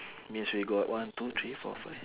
means we got one two three four five